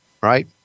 right